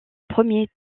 premier